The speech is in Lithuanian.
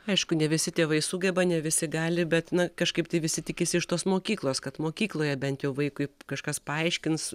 aišku ne visi tėvai sugeba ne visi gali bet na kažkaip tai visi tikisi iš tos mokyklos kad mokykloje bent jau vaikui kažkas paaiškins